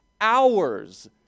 hours